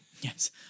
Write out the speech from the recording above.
Yes